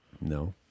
No